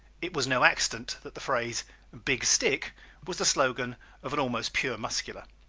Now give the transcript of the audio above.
it was no accident that the phrase big stick was the slogan of an almost pure muscular.